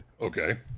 okay